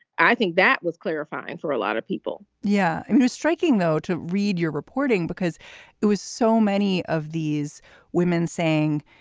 i think that was clarified for a lot of people yeah, it was striking, though, to read your reporting because it was so many of these women saying,